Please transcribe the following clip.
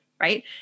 Right